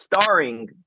starring